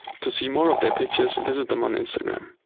to see more of their pictures, visit them on instagram.